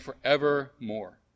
forevermore